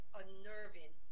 unnerving